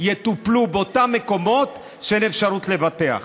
יטופלו באותם מקומות שאין אפשרות לבטח.